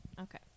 Okay